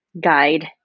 guide